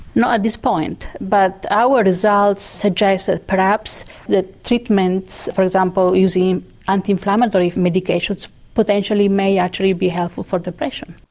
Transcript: not at this point but our results suggest that perhaps the treatment for example using anti-inflammatory medications potentially may actually be helpful for depression.